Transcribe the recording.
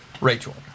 Rachel